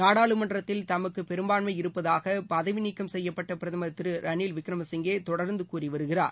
நாடாளுமன்றத்தில் தமக்கு பெரும்பான்மை இருப்பதாக பதவிநீக்கம் செய்யப்பட்ட பிரதமர் திரு ரணில்விக்ரம சிங்கே தொடர்ந்து கூறி வருகிறார்